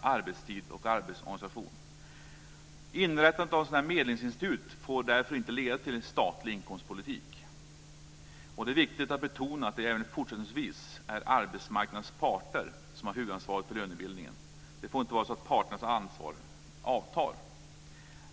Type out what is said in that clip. arbetstid och arbetsorganisation. Inrättandet av ett medlingsinstitut får därför inte leda till statlig inkomstpolitik. Det är viktigt att betona att det även fortsättningsvis är arbetsmarknadens parter som har huvudansvaret för lönebildningen. Det får inte vara så att parternas ansvar avtar.